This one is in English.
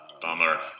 bummer